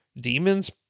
demons